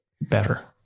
better